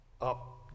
up